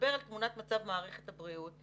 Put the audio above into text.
שמדבר על תמונת מצב מערכת הבריאות,